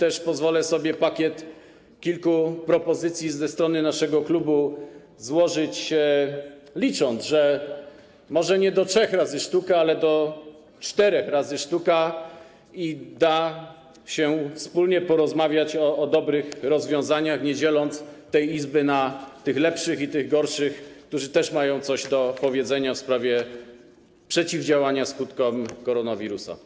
I pozwolę sobie pakiet kilku propozycji ze strony naszego klubu złożyć, licząc na to, że może nie do trzech razy sztuka, ale do czterech razy sztuka, i da się wspólnie porozmawiać o dobrych rozwiązaniach, nie dzieląc tej Izby na tych lepszych i tych gorszych, którzy też mają coś do powiedzenia w sprawie przeciwdziałania skutkom koronawirusa.